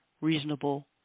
reasonable